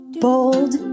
bold